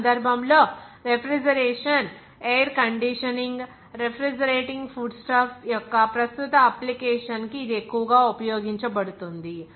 ఈ సందర్భంలో refrigeration air conditioning refrigerating food stuffs యొక్క ప్రస్తుత అప్లికేషన్ కి ఇది ఎక్కువగా ఉపయోగించబడుతుంది